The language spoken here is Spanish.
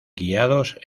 guiados